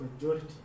majority